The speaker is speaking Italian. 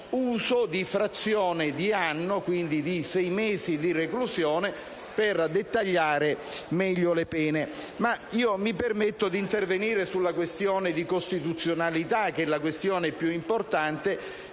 uso di frazioni di anno, quindi di sei mesi di reclusione, per dettagliare meglio le pene. Mi permetto però di intervenire sulla questione di costituzionalità che è la più importante